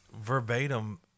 verbatim